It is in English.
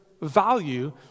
value